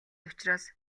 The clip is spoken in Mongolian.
учраас